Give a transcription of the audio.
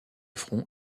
front